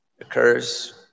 occurs